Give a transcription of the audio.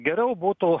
geriau būtų